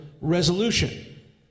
resolution